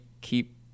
keep